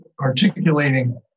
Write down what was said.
articulating